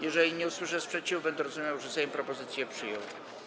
Jeżeli nie usłyszę sprzeciwu, będę rozumiał, że Sejm propozycję przyjął.